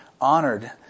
honored